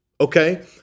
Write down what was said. okay